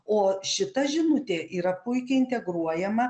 o šita žinutė yra puikiai integruojama